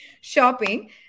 shopping